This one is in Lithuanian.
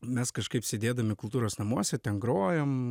mes kažkaip sėdėdami kultūros namuose ten grojom